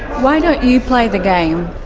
why don't you play the game?